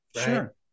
Sure